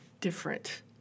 different